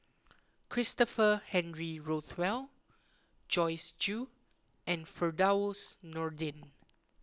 Christopher Henry Rothwell Joyce Jue and Firdaus Nordin